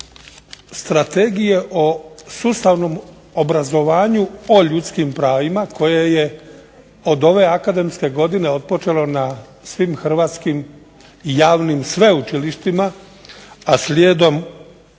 Strategije o sustavnom obrazovanju o ljudskim pravima koje je od ove akademske godine otpočelo na svim hrvatskim i javnim sveučilištima, a slijedom